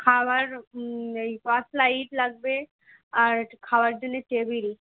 খাওয়ার এই torch light লাগবে আর খাওয়ার জন্যে টেবিল